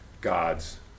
God's